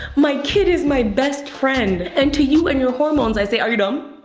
my kid is my best friend. and to you and your hormones, i say, are you dumb?